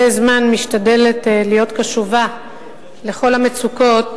מזה זמן אני משתדלת להיות קשובה לכל המצוקות